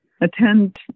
attend